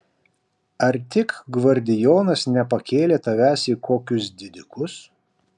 ar tik gvardijonas nepakėlė tavęs į kokius didikus